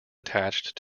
attached